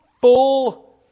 full